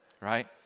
Right